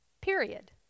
Period